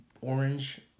orange